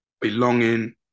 belonging